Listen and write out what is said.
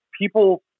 people